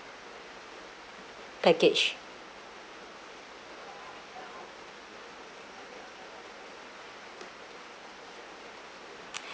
package